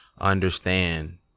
understand